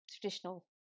traditional